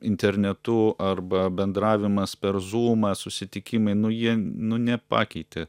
internetu arba bendravimas per zūmą susitikimai nu jie nu nepakeitė